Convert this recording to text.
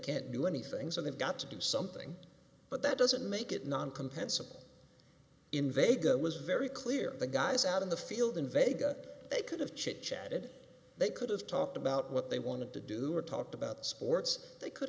can't do anything so they've got to do something but that doesn't make it non compensable in vegas was very clear the guys out in the field in vega they could have chit chatted they could have talked about what they wanted to do or talked about sports they could